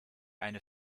eine